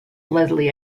leslie